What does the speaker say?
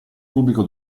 pubblico